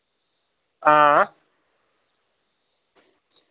हां